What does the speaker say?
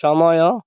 ସମୟ